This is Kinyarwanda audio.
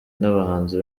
n’abahanzi